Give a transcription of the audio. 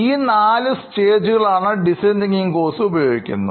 ഈ നാല് സ്റ്റേജുകൾ ആണ് ഡിസൈൻതിങ്കിംഗ്കോഴ്സ് ഉപയോഗിക്കുന്നത്